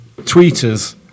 tweeters